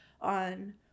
on